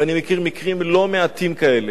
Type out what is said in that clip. ואני מכיר מקרים לא מעטים כאלה,